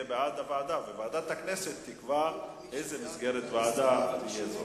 יהיה בעד העברה לוועדה וועדת הכנסת תקבע איזו ועדה זו תהיה.